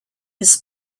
his